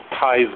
ties